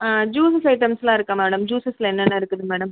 juices ஐட்டம்ஸ்லாம் இருக்கா madam ஜூஸஸ்ல என்னென்ன இருக்குது மேடம்